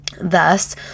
Thus